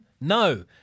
No